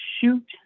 shoot